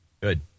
Good